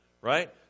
right